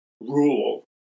rule